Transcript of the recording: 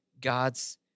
God's